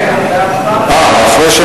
אחרי ההצבעה.